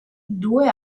due